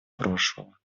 прошлого